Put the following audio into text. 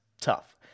tough